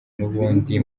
n’ubundi